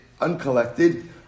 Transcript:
Uncollected